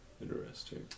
Interesting